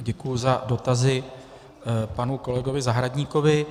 Děkuji za dotazy panu kolegovi Zahradníkovi.